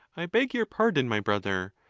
i beg your pardon, my brother,